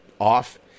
off